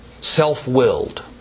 self-willed